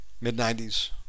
Mid-90s